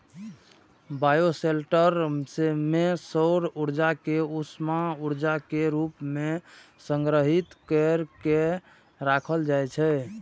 bioshelter मे सौर ऊर्जा कें उष्मा ऊर्जा के रूप मे संग्रहीत कैर के राखल जाइ छै